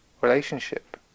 relationship